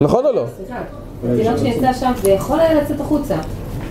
נכון או לא? סליחה, זה לא כשיצא שם, זה יכול היה לצאת החוצה